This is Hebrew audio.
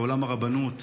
לעולם הרבנות,